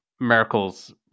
Merkel's